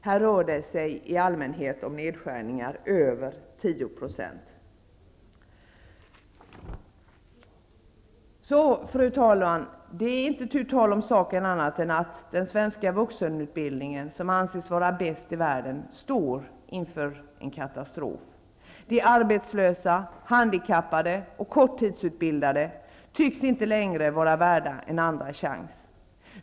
Här rör det sig i allmänhet om nedskärningar på över 10 %. Fru talman! Det är inte tu tal om saken annat än att den svenska vuxenutbildningen, som anses vara bäst i världen, står inför en katastrof. De arbetslösa, handikappade och korttidsutbildade tycks inte längre vara värda en andra chans.